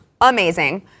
amazing